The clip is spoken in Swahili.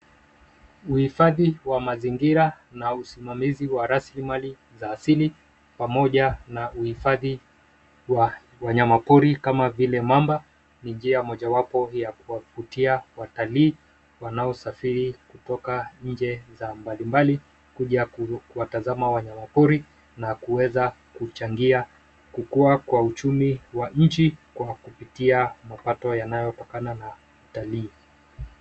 Uhifadhi wa mazingira na usimamizi wa rasilimali za asili pamoja na uhifadhi wa wanyama pori kama vile mamba, ni njia mojawapo ya kuwavutia watalii; wanaosafiri kutoka nje sehemu za mbalimbali na kuja kuwatazama wanyama pori na kuweza kuchangia kukua kwa uchumi wa nchi kwa kupitia mapato yanayotokana na utalii.